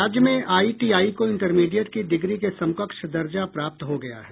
राज्य में आईटीआई को इंटरमीडिएट की डिग्री के समकक्ष दर्जा प्राप्त हो गया है